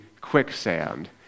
quicksand